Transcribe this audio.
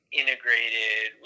integrated